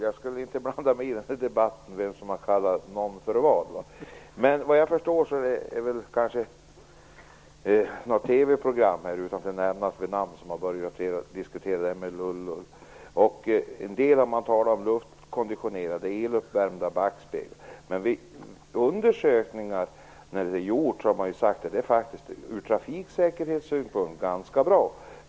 Jag skall inte blanda mig i debatten om vem som har kallat vem för vad. Enligt vad jag förstår är det något TV-program - jag skall inte nämna det vid namn - som har börjat diskutera det där med lull lull. Man har bl.a. talat om luftkonditionering och eluppvärmda backspeglar. Men vid undersökningar har man funnit att det faktiskt från trafiksäkerhetssynpunkt är ganska bra.